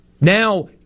Now